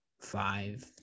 five